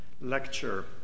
lecture